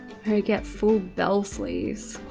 get full bell sleeves.